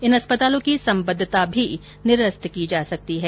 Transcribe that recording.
इन अस्पतालों की सम्बद्धता भी निरस्त की जा सकती है